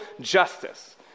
justice